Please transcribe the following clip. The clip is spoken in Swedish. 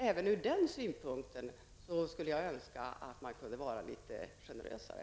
Även ur den synpunkten skulle jag önska att man kunde vara litet generösare.